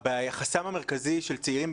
החסם המרכזי של צעירים לשוק העבודה,